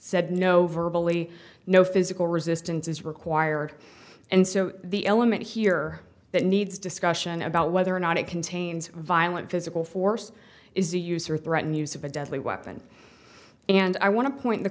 said no verbally no physical resistance is required and so the element here that needs discussion about whether or not it contains violent physical force is a use or threatened use of a deadly weapon and i want to point